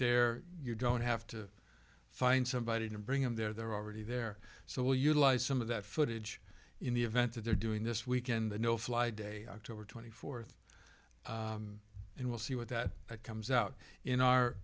there you don't have to find somebody to bring them there they're already there so we'll utilize some of that footage in the event that they're doing this weekend the no fly day october twenty fourth and we'll see what that comes out in our